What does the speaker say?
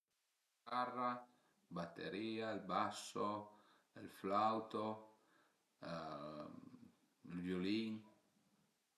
Chitarra, bateria, basso, ël flauto, ël viulin